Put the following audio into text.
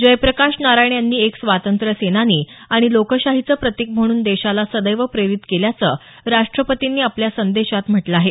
जयप्रकाश नारायण यांनी एक स्वातंत्र्यसेनानी आणि लोकशाहीचं प्रतिक म्हणून देशाला सदैव प्रेरित केल्याचं राष्टपतींनी आपल्या संदेशात म्हटलं आहे